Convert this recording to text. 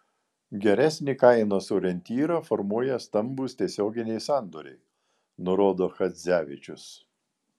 geresnį kainos orientyrą formuoja stambūs tiesioginiai sandoriai nurodo chadzevičius